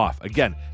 Again